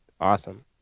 awesome